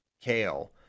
Kale